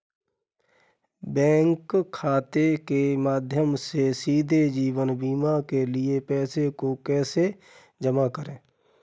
Bank खाते के माध्यम से सीधे जीवन बीमा के लिए पैसे को कैसे जमा करें?